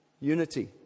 unity